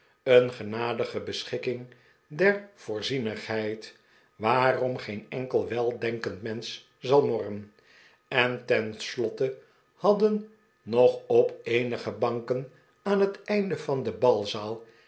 een genadige beschikking der voorzienigheid waarom geen enkel weldenkend mensch zal morren en ten slotte hadden nog op eenige banken aan het einde van de balzaal